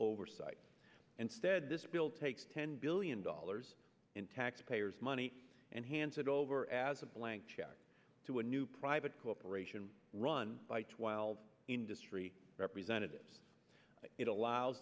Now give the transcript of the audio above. oversight instead this bill takes ten billion dollars in tax payers money and handed over as a blank check to a new private corporation run by twelve industry representatives it allows